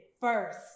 first